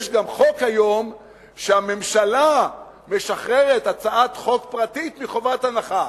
יש היום גם חוק שהממשלה משחררת הצעת חוק פרטית מחובת הנחה.